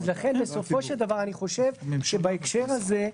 לכן בסופו של דבר אני חושב בהקשר הזה,